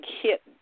hit